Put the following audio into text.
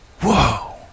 Whoa